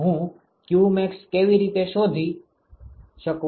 હું qmax કેવી રીતે શોધી શકું